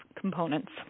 components